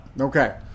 Okay